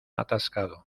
atascado